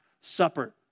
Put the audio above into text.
Supper